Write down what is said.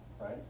right